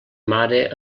mare